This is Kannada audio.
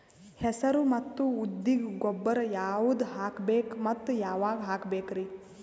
ಹೆಸರು ಮತ್ತು ಉದ್ದಿಗ ಗೊಬ್ಬರ ಯಾವದ ಹಾಕಬೇಕ ಮತ್ತ ಯಾವಾಗ ಹಾಕಬೇಕರಿ?